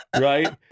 right